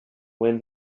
when